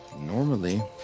Normally